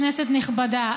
כנסת נכבדה,